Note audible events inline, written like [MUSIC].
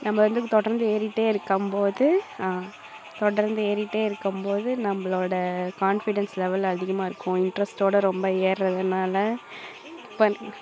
நம்ம வந்து தொடர்ந்து ஏறிட்டே இருக்கும்போது தொடர்ந்து ஏறிட்டே இருக்கும்போது நம்மளோட கான்ஃபிடென்ஸ் லெவல் அதிகமாக இருக்கும் இன்ட்ரெஸ்ட்டோட ரொம்ப ஏறுகிறதுனால [UNINTELLIGIBLE]